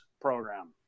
program